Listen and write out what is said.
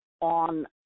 on